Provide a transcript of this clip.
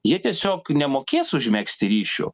jie tiesiog nemokės užmegzti ryšių